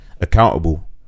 accountable